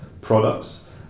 products